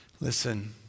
Listen